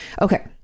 Okay